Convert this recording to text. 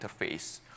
interface